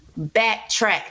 backtrack